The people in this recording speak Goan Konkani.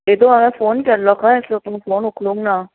येदोळ हांवे फोन केल्लो खंय आसलो तूं फोन उखलूंक ना